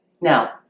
Now